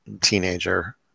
teenager